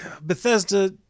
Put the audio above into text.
Bethesda